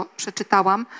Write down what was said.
przeczytałam